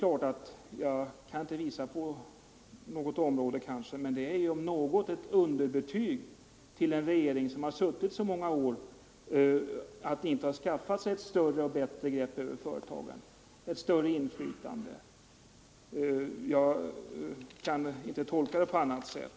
Jag kan kanske inte visa på något 151 annat sådant område, men det är om något ett underbetyg till en regering som suttit vid makten i så många år. Det är ett underbetyg till regeringen att den inte skaffat sig ett bättre grepp om och ett större inflytande över företagen. Jag kan inte se det på annat sätt.